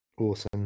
Awesome